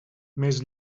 més